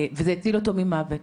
זה הציל אותו ממוות.